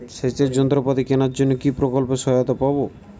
সেচের যন্ত্রপাতি কেনার জন্য কি প্রকল্পে সহায়তা পাব?